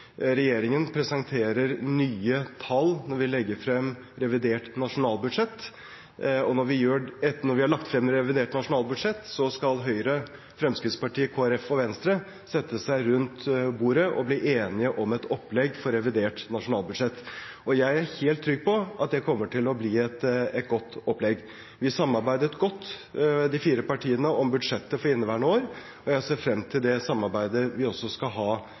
Regjeringen presenterer nye tall når vi legger frem revidert nasjonalbudsjett. Når vi har lagt frem revidert nasjonalbudsjett, skal Høyre, Fremskrittspartiet, Kristelig Folkeparti og Venstre sette seg rundt bordet og bli enige om et opplegg for revidert nasjonalbudsjett. Jeg er helt trygg på at det kommer til å bli et godt opplegg. De fire partiene samarbeidet godt om budsjettet for inneværende år, og jeg ser frem til det samarbeidet vi skal ha